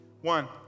One